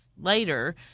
later